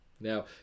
Now